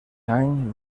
any